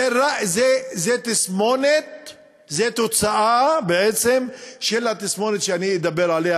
זו תוצאה, בעצם, של התסמונת שאני אדבר עליה.